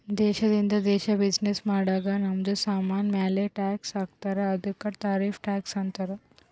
ದೇಶದಿಂದ ದೇಶ್ ಬಿಸಿನ್ನೆಸ್ ಮಾಡಾಗ್ ನಮ್ದು ಸಾಮಾನ್ ಮ್ಯಾಲ ಟ್ಯಾಕ್ಸ್ ಹಾಕ್ತಾರ್ ಅದ್ದುಕ ಟಾರಿಫ್ ಟ್ಯಾಕ್ಸ್ ಅಂತಾರ್